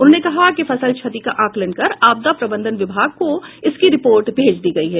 उन्होंने बताया कि फसल क्षति का आकलन कर आपदा प्रबंधन विभाग को इसकी रिपोर्ट भेज दी गयी है